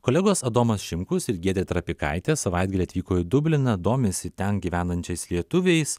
kolegos adomas šimkus ir giedrė trapikaitė savaitgalį atvyko į dubliną domisi ten gyvenančiais lietuviais